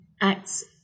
Acts